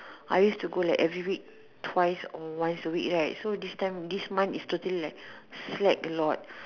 I used to go like every week twice or once a week right so this time this month is totally like slack a lot